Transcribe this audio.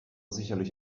sicherlich